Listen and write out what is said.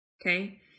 Okay